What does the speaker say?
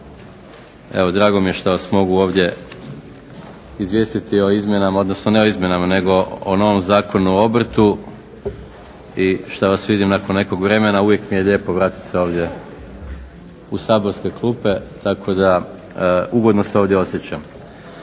Evo drago mi je što vas mogu ovdje izvijestiti o izmjenama, odnosno ne o izmjenama nego o novom Zakonu o obrtu. I što vas vidim nakon nekog vremena. Uvijek mi je lijepo vratiti se ovdje u saborske klupe. Tako da ugodno se ovdje osjećam.